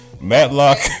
Matlock